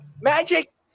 Magic